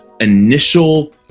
initial